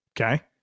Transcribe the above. Okay